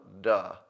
Duh